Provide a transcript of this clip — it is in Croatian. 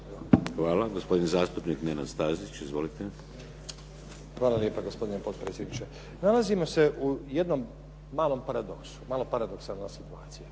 Hvala. Gospodin zastupnik Nenad Stazić. Izvolite. **Stazić, Nenad (SDP)** Hvala lijepa gospodine potpredsjedniče. Nalazimo se u jednom malom paradoksu, malo paradoksalna situacija.